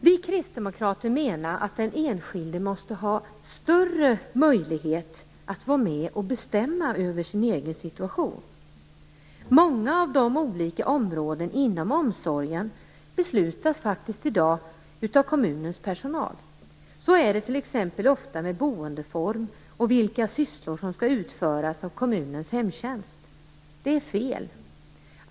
Vi kristdemokrater menar att den enskilde måste ha större möjlighet att få vara med och bestämma över sin egen situation. När det gäller många av de olika områdena inom omsorgen fattas besluten i dag av kommunernas personal. Så är det ofta när det gäller t.ex. boendeform och vilka sysslor som skall utföras av kommunens hemtjänst. Det är fel.